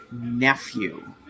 nephew